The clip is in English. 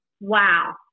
wow